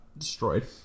Destroyed